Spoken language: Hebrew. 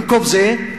במקום זה,